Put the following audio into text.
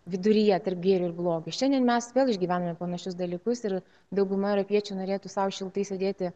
viduryje tarp gėrio ir blogio šiandien mes vėl išgyvename panašius dalykus ir dauguma europiečių norėtų sau šiltai sėdėti